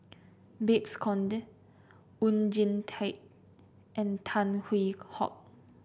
Babes Conde Oon Jin Teik and Tan Hwee Hock